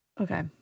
Okay